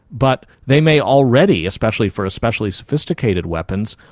but they may already, especially for especially sophisticated weapons,